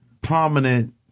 prominent